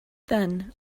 then